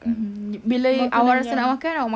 mmhmm bila awak rasa nak makan awak makan